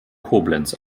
koblenz